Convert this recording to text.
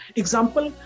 example